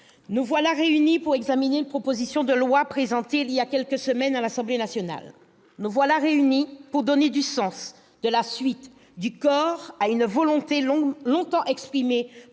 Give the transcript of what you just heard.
nous voilà réunis pour examiner une proposition de loi présentée il y a quelques semaines à l'Assemblée nationale. Nous voilà réunis pour donner du sens, de la suite, du corps à une volonté longtemps exprimée